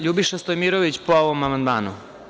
LJubiša Stojmirović, po ovom amandmanu.